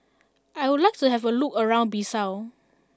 I would like to have a look around Bissau